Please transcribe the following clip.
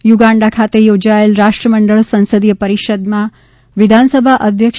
Uganda ખાતે યોજાયેલ રાષ્ટ્રમંડળ સંસદીય પરિષદમાં વિધાનસભા અધ્યક્ષ